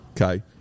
Okay